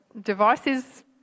device's